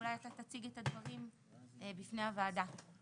שאולי אתה תציג את הדברים בפני הוועדה?